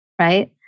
right